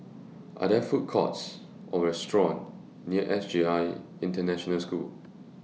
Are There Food Courts Or restaurants near S J I International School